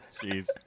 Jeez